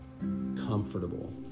comfortable